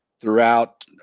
throughout